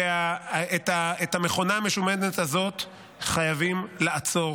ואת המכונה המשומנת הזאת חייבים לעצור.